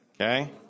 Okay